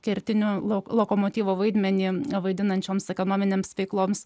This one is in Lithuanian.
kertinių lauk lokomotyvo vaidmenį vaidinančioms ekonominėms veikloms